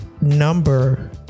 number